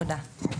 תודה.